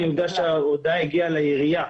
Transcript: אני יודע שההודעה הגיעה לעירייה.